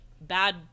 bad